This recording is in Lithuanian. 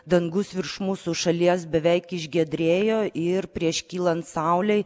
dangus virš mūsų šalies beveik išgiedrėjo ir prieš kylant saulei